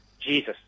Jesus